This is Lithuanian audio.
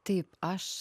taip aš